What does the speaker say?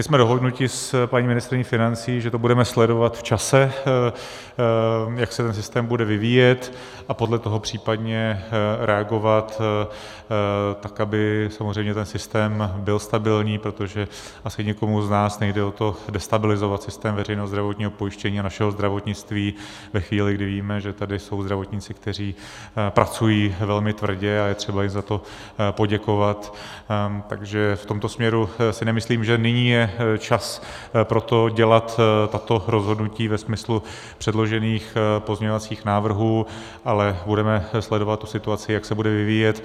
Jsme dohodnut s paní ministryní financí, že to budeme sledovat v čase, jak se systém bude vyvíjet, a podle toho případně reagovat, tak aby samozřejmě ten systém byl stabilní, protože asi nikomu z nás nejde o to destabilizovat systém veřejného zdravotního pojištění a našeho zdravotnictví ve chvíli, kdy víme, že tady jsou zdravotníci, kteří pracují velmi tvrdě, a je třeba jim za to poděkovat, takže v tomto směru si nemyslím, že nyní je čas pro to dělat tato rozhodnutí ve smyslu předložených pozměňovacích návrhů, ale budeme sledovat situaci, jak se bude vyvíjet.